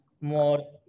more